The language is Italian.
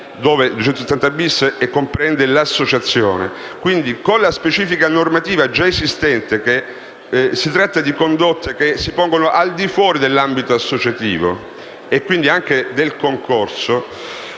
che prevede il reato di associazione. Quindi, con la specifica normativa già esistente, si tratta di condotte che si pongono al di fuori dell'ambito associativo e quindi anche del concorso.